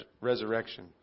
resurrection